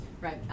Right